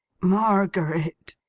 margaret!